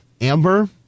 Amber